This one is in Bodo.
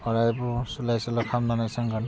अरायबो सोलाय सोलाय खालामनानै संगोन